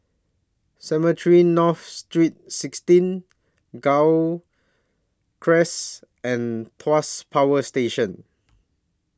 Cemetry North Street sixteen Gul Cress and Tuas Power Station